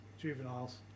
juveniles